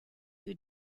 who